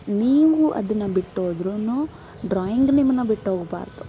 ನೀವು ಅದನ್ನು ಬಿಟ್ಟೋದರೂ ಡ್ರಾಯಿಂಗ್ ನಿಮ್ಮನ್ನು ಬಿಟ್ಟೋಗ್ಬಾರ್ದು